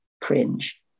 cringe